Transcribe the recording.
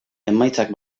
emaitzak